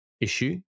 issue